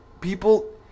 people